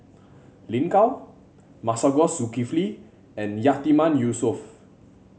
Lin Gao Masagos Zulkifli and Yatiman Yusof